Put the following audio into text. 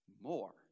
more